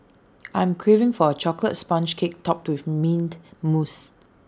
I am craving for A Chocolate Sponge Cake Topped with Mint Mousse